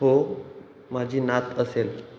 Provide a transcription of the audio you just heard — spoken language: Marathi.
हो माझी नात असेल